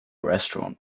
restaurant